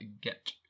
get